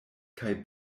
kaj